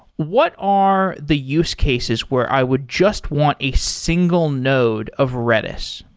what are the use cases where i would just want a single node of redis?